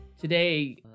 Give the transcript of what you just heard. Today